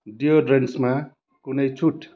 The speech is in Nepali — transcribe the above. डियोड्रेन्टसमा कुनै छुट